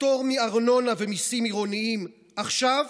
פטור מארנונה וממיסים עירוניים עכשיו,